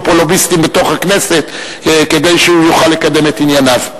פה לוביסטים בתוך הכנסת כדי שהוא יוכל לקדם את ענייניו.